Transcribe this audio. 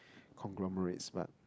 conglomerates but